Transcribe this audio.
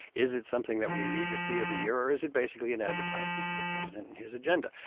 is it something that we need to see every year? or is it basically an advertisement for the president and his agenda?